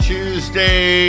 Tuesday